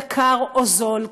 יקר או זול,